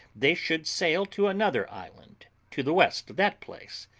they should sail to another island to the west of that place,